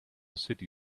city